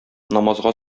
намазга